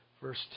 verse